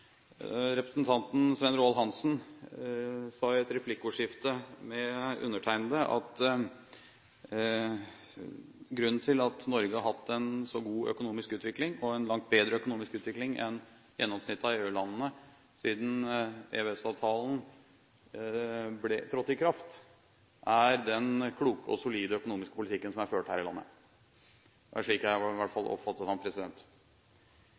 Representanten Svein Roald Hansen sa i et replikkordskifte med undertegnede at grunnen til at Norge har hatt en så god økonomisk utvikling og en langt bedre økonomisk utvikling enn gjennomsnittet av EU-landene siden EØS-avtalen trådte i kraft, er den kloke og solide økonomiske politikken som er ført her i landet. Det var i hvert fall slik jeg